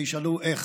וישאלו: איך?